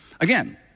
Again